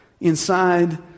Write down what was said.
inside